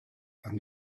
and